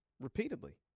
repeatedly